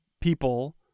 people